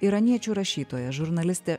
iraniečių rašytoja žurnalistė